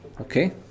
Okay